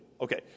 Okay